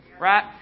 right